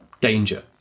danger